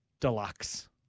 deluxe